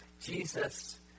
Jesus